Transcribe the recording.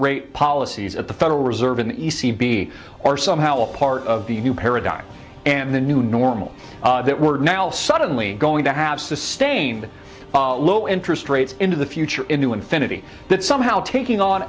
rate policies of the federal reserve in the e c b or somehow a part of the new paradigm and the new normal that we're now suddenly going to have sustained low interest rates into the future into infinity that somehow taking on